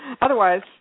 Otherwise